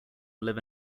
live